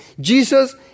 Jesus